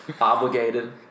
Obligated